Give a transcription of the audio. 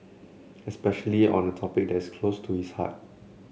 especially on a topic that's close to its heart